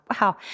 wow